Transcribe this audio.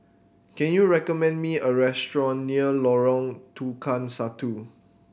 can you recommend me a restaurant near Lorong Tukang Satu